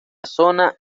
zona